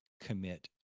commit